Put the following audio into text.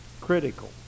critical